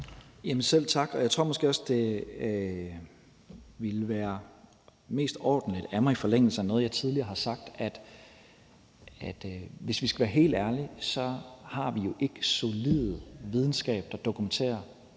Selv tak. Jeg tror måske også, det ville være mest ordentligt af mig i forlængelse af noget, jeg tidligere har sagt, at hvis vi skal være helt ærlige, har vi jo ikke solid videnskab, der dokumenterer